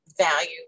value